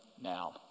now